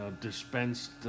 dispensed